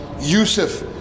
Yusuf